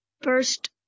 first